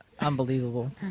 Unbelievable